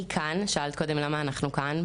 שאלת קודם למה אנחנו כאן,